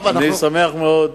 אני שמח מאוד,